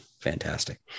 fantastic